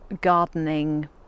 gardening